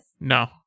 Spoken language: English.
No